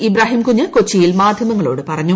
ഇബ്രാഹിംകുഞ്ഞ് കൊച്ചിയിൽ മാധ്യമങ്ങളോട് പറഞ്ഞു